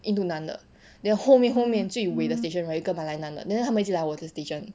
印度男的 then 后面后面最未的 station right 有一个马来男的 then 他们一直来我的 station